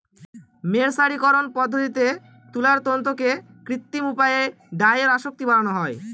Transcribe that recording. মের্সারিকরন পদ্ধতিতে তুলার তন্তুতে কৃত্রিম উপায়ে ডাইয়ের আসক্তি বাড়ানো হয়